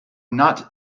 not